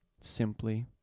simply